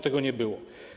Tego nie było.